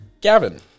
Gavin